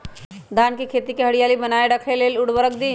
धान के खेती की हरियाली बनाय रख लेल उवर्रक दी?